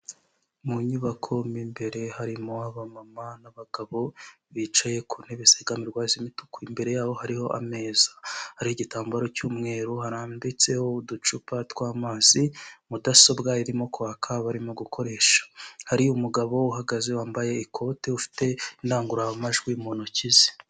Mu nyubako mu imbere harimo abamama n'abagabo bicaye ku ntebe zegamirwa z'imituku imbere yaho hariho ameza, hariho igitambaro cy'umweru, harambitseho uducupa tw'amazi, mudasobwa irimo kwaka barimo gukoresha, hari umugabo uhagaze wambaye ikote ufite indangururamajwi mu ntoki ze.